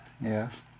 Yes